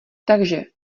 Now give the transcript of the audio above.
takže